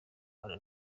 rwanda